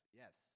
yes